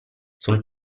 sul